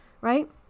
right